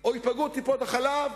או ייפגעו טיפות-החלב.